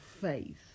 faith